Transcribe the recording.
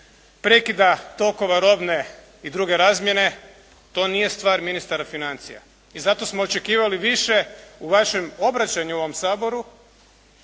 prekida tokova robne i druge razmjene. To nije stvar ministra financija. I zato smo očekivali više u vašem obraćanju u ovom Saboru